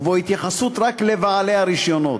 ובו התייחסות רק לבעלי הרישיונות.